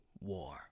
war